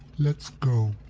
let's go.